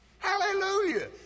Hallelujah